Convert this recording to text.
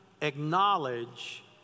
acknowledge